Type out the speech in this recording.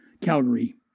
Calgary